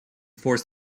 force